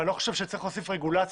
אבל אני לא חושב שצריך להוסיף רגולציה